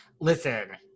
Listen